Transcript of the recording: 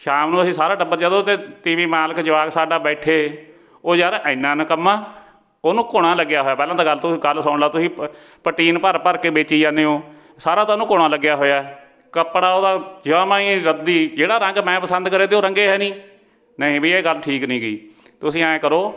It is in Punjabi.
ਸ਼ਾਮ ਨੂੰ ਅਸੀਂ ਸਾਰਾ ਟੱਬਰ ਜਦੋਂ ਉਹ 'ਤੇ ਟੀ ਵੀ ਮਾਲਕ ਜਵਾਕ ਸਾਡਾ ਬੈਠੇ ਉਹ ਯਾਰ ਐਨਾ ਨਿਕੰਮਾ ਉਹਨੂੰ ਘੁਣਾ ਲੱਗਿਆ ਹੋਇਆ ਪਹਿਲਾਂ ਤਾਂ ਗੱਲ ਤੁਸੀਂ ਗੱਲ ਸੁਣ ਲਉ ਤੁਸੀਂ ਪਟੀਨ ਭਰ ਭਰ ਕੇ ਵੇਚੀ ਜਾਂਦੇ ਹੋ ਸਾਰਾ ਤਾਂ ਉਹਨੂੰ ਘੁਣਾ ਲੱਗਿਆ ਹੋਇਆ ਕੱਪੜਾ ਉਹਦਾ ਜਮਾ ਹੀ ਰੱਦੀ ਜਿਹੜਾ ਰੰਗ ਮੈਂ ਪਸੰਦ ਕਰੇ ਤੇ ਉਹ ਰੰਗੇ ਹੈ ਨਹੀਂ ਨਹੀਂ ਵੀ ਇਹ ਗੱਲ ਠੀਕ ਨਹੀਂ ਗੀ ਤੁਸੀਂ ਐਂ ਕਰੋ